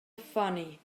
funny